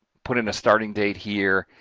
put in the starting date here.